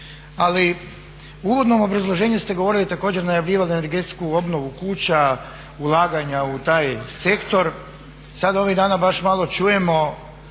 ali u uvodnom obrazloženju ste govorili i također najavljivali energetsku obnovu kuća, ulaganja u taj sektor. Sada ovih dana baš malo čujemo